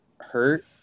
hurt